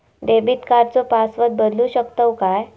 Debit कार्डचो password बदलु शकतव काय?